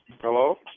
hello